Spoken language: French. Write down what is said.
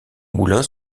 moulin